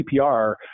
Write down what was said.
CPR